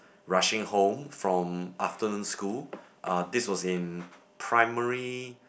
rushing home from afternoon school uh this was in primary